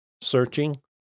searching